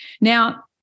Now